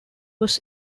was